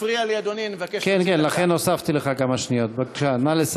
הוא הפריע לי, אדוני, אני מבקש